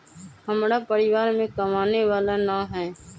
हमरा परिवार में कमाने वाला ना है?